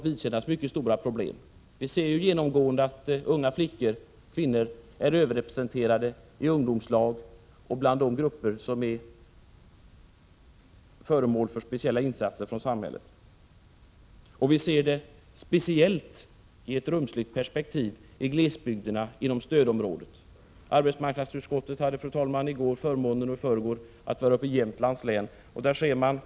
Vi ser ju genomgående att unga flickor och kvinnor är överrepresenterade i ungdomslag och bland de grupper som är föremål för speciella insatser från samhället. Och vi ser det i ett rumsligt perspektiv speciellt i glesbygderna inom stödområdet. Arbetsmarknadsutskottet hade, fru talman, i går och i förrgår förmånen att besöka Jämtlands län.